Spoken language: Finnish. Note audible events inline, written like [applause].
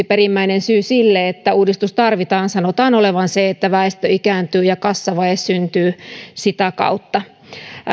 [unintelligible] perimmäisen syyn sille että uudistus tarvitaan sanotaan olevan se että väestö ikääntyy ja kassavaje syntyy sitä kautta